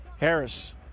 Harris